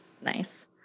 Nice